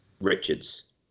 Richards